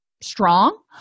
strong